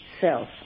self